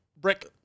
Brick